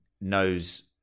knows